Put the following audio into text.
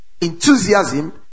enthusiasm